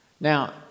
Now